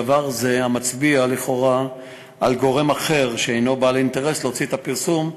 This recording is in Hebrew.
דבר זה מצביע לכאורה על גורם אחר שהוא בעל אינטרס להוציא את הפרסום,